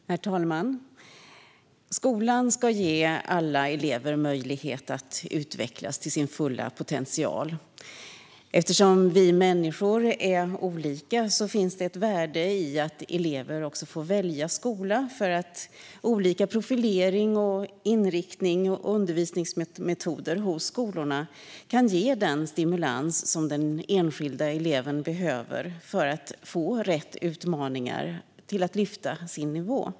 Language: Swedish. Herr talman! Skolan ska ge alla elever möjlighet att utvecklas till sin fulla potential. Eftersom vi människor är olika finns det ett värde i att elever får välja skola. Olika profilering, inriktning och undervisningsmetoder hos skolorna kan ge den stimulans som den enskilda eleven behöver för att få rätt utmaningar till att lyfta sin nivå.